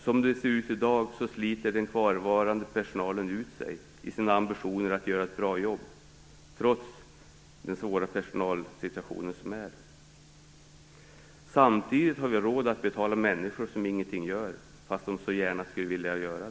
Som det ser ut i dag sliter den kvarvarande personalen ut sig i sin ambition att göra ett bra jobb, trots den svåra personalsituation som råder. Samtidigt har vi råd att betala människor som ingenting gör, fastän de så gärna skulle vilja.